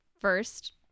first